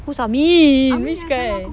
who's amin which guy